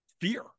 fear